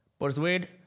persuade